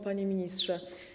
Panie Ministrze!